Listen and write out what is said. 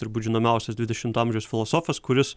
turbūt žinomiausias dvidešimto amžiaus filosofas kuris